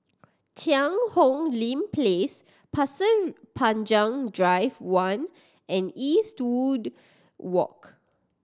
Cheang Hong Lim Place Pasir Panjang Drive One and Eastwood Walk